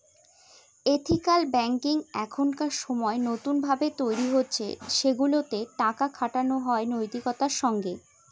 ethical banking এখনকার সময় নতুন ভাবে তৈরী হচ্ছে সেগুলাতে টাকা খাটানো হয় নৈতিকতার সঙ্গে